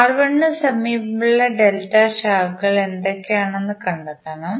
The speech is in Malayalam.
R1 ന് സമീപമുള്ള ഡെൽറ്റ ശാഖകൾ എന്തൊക്കെയാണെന്ന് കണ്ടെത്തണം